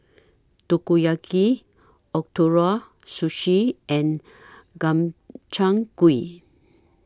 Takoyaki Ootoro Sushi and Gobchang Gui